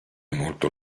molto